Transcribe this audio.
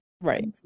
right